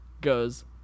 goes